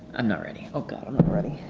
i'm not ready. oh god, i'm ready